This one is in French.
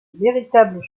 véritables